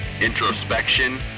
introspection